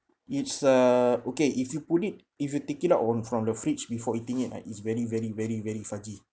it's uh okay if you put it if you take it out own from the fridge before eating it right it's very very very very fudgy